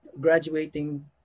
graduating